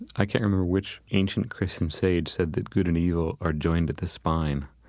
i can't remember which ancient christian sage said that good and evil are joined at the spine,